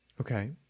Okay